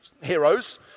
heroes